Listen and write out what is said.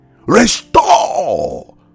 Restore